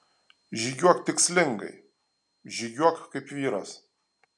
žygiuok tikslingai žygiuok kaip vyras